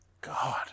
God